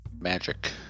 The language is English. magic